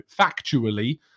factually